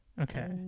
Okay